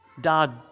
Dad